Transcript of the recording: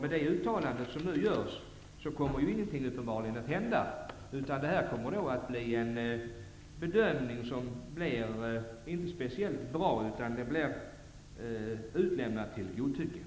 Enligt det uttalande som nu görs kommer det uppenbarligen inte att hända någonting. Bedömningen blir inte speciellt bra, utan det blir utlämnat till godtycke.